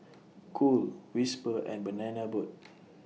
Cool Whisper and Banana Boat